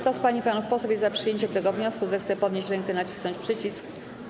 Kto z pań i panów posłów jest za przyjęciem tego wniosku, zechce podnieść rękę i nacisnąć przycisk.